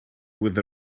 with